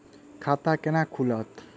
खाता केना खुलत?